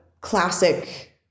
classic